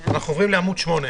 המיוחדת".